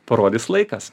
parodys laikas